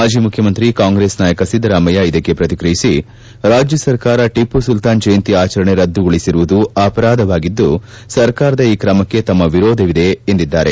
ಮಾಜಿ ಮುಖ್ಯಮಂತ್ರಿ ಕಾಂಗ್ರೆಸ್ ನಾಯಕ ಸಿದ್ದರಾಮಯ್ಯ ಇದಕ್ಕೆ ಪ್ರತಿಕ್ರಿಯಿಸಿ ರಾಜ್ಯ ಸರ್ಕಾರ ಟಿಪ್ಪು ಸುಲ್ತಾನ್ ಜಯಂತಿ ಆಚರಣೆ ರದ್ದುಗೊಳಿಸಿರುವುದು ಅಪರಾಧವಾಗಿದ್ದು ಸರ್ಕಾರದ ಈ ಕ್ರಮಕ್ಕೆ ತಮ್ಮ ವಿರೋಧವಿದೆ ಎಂದರು